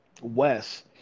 Wes